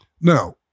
Now